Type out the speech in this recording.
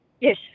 Yes